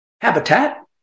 habitat